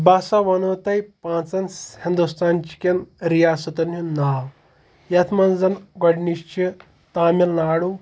بہٕ ہَسا وَنو تۄہہِ پانٛژَن ہِنٛدُستانچِکٮ۪ن رِیاسَتَن ہُنٛد ناو یَتھ منٛز گۄڈنِچ چھِ تامِل ناڈوٗ